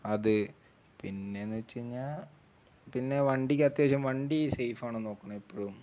അത് പിന്നെയെന്നുവച്ചുകഴിഞ്ഞാല് പിന്നെ വണ്ടിക്ക് അത്യാവശ്യം വണ്ടി സേഫാണോ എന്നു നോക്കണം എപ്പോഴും